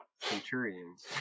Centurions